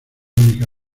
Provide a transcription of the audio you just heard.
única